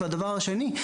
והדבר השני,